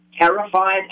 terrified